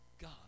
God